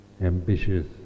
ambitious